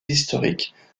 historiques